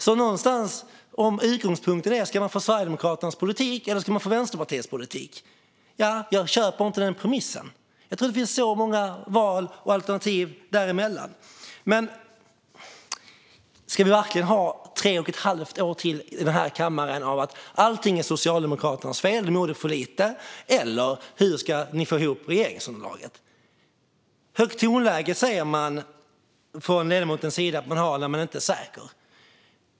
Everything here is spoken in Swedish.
Jag köper inte premissen om att utgångspunkten ska vara Sverigedemokraternas politik eller Vänsterpartiets politik. Det finns många val och alternativ däremellan. Ska det verkligen vara tre och ett halvt år till i kammaren med att allt är Socialdemokraternas fel, att de har gjort för lite, eller frågan om hur vi ska få ihop regeringsunderlaget? Ledamoten säger att man har ett högt tonläge när man inte är säker.